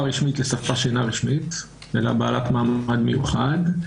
רשמית לשפה שאינה רשמית אלא לשפה בעלת מעמד מיוחד,